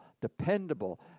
dependable